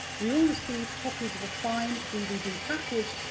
we all received copies of a fine dvd package,